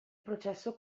processo